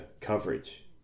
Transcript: coverage